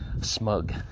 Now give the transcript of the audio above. smug